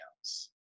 else